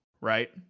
Right